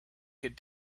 could